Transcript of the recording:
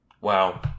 Wow